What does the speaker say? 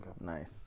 Nice